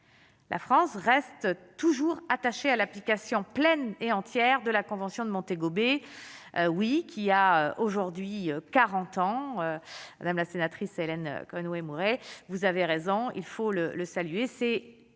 la France reste toujours attaché à l'application pleine et entière de la convention de Montego Bay oui, qui a aujourd'hui 40 ans, madame la sénatrice Hélène Conway Mouret, vous avez raison, il faut le saluer,